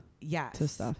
Yes